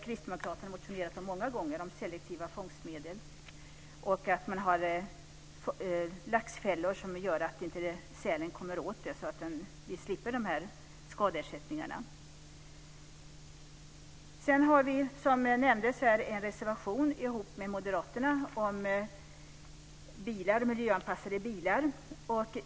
Kristdemokraterna har många gånger motionerat om selektiva fångstmedel och att det ska finnas laxfällor som gör att sälen inte kommer åt att göra skador. På så sätt slipper vi skadeersättningarna. Som nämndes här har vi en reservation om miljöanpassade bilar tillsammans med moderaterna.